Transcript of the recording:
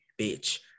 bitch